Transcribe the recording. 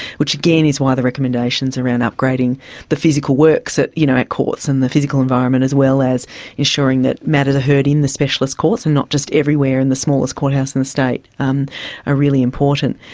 which again is why the recommendations around upgrading the physical works at you know at courts and the physical environment as well as ensuring that matters are heard in the specialist courts and not just everywhere in the smallest courthouse in the state um are really important.